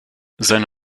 seine